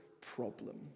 problem